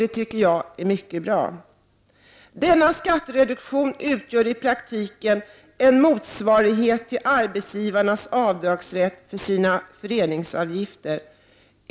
Det tycker jag är mycket bra. Denna skattereduktion utgör i praktiken en motsvarighet till arbetsgivarnas avdragsrätt för sina föreningsavgifter.